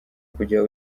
kujya